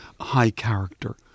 high-character